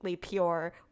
pure